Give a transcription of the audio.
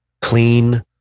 clean